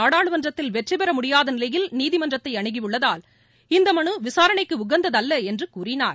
நாடாளுமன்றத்தில் வெற்றிபெற முடியாத நிலையில் நீதிமன்றத்தை அனுகியுள்ளதால் இந்த மனு விசாரணைக்கு உகந்ததல்ல என்று கூறினார்